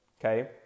okay